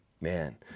Man